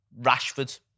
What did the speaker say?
Rashford